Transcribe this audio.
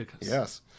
yes